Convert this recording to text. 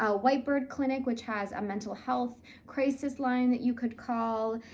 ah white bird clinic, which has a mental health crisis line that you could call.